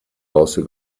also